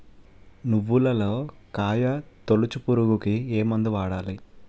నువ్వులలో కాయ తోలుచు పురుగుకి ఏ మందు వాడాలి?